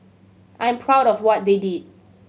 I'm proud of what they did